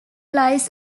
lies